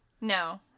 No